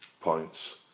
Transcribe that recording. points